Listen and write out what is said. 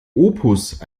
opus